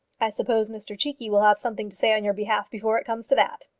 i suppose mr cheekey will have something to say on your behalf before it comes to that.